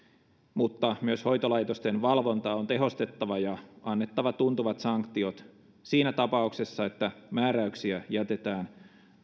mutta myös hoitolaitosten valvontaa on tehostettava ja annettava tuntuvat sanktiot siinä tapauksessa että määräyksiä jätetään